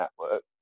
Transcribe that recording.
network